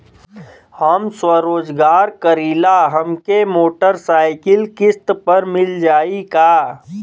हम स्वरोजगार करीला हमके मोटर साईकिल किस्त पर मिल जाई का?